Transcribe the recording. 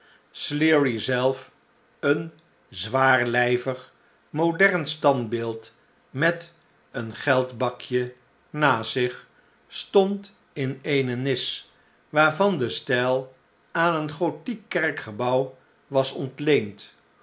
sleary zelf een zwaarlijvig modern standbeeld met een geldbakje naast zich stond in eene nis waarvan de stijl aan een gothiek kerkgebouw was ontleend